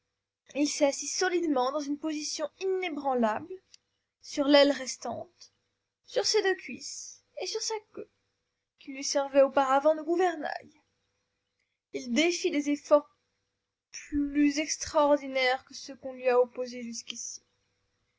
il s'est assis solidement dans une position inébranlable sur l'aile restante sur ses deux cuisses et sur sa queue qui lui servait auparavant de gouvernail il défie des efforts plus extraordinaires que ceux qu'on lui a opposés jusqu'ici